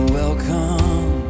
welcome